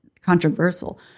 controversial